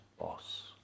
boss